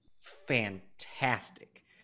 fantastic